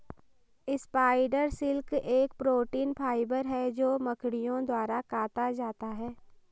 spider silk एक protein fibre है जो मकड़ियों द्वारा काता जाता है